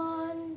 on